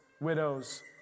widows